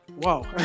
wow